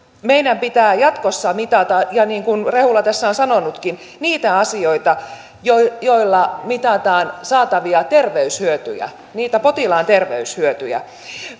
meidän pitää jatkossa mitata niin kuin rehula tässä on sanonutkin niitä asioita joilla mitataan saatavia terveyshyötyjä niitä potilaan terveyshyötyjä